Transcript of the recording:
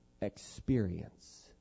experience